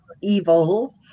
Evil